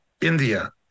India